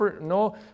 no